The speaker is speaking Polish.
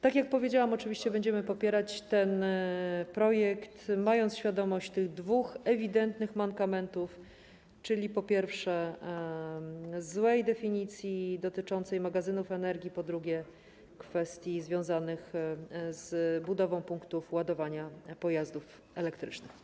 Tak jak powiedziałam, oczywiście będziemy popierać ten projekt, mając świadomość tych dwóch ewidentnych mankamentów, czyli, po pierwsze, złej definicji dotyczącej magazynów energii, po drugie, kwestii związanych z budową punktów ładowania pojazdów elektrycznych.